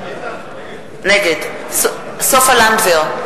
נגד סופה לנדבר,